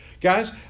Guys